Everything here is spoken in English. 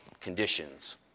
conditions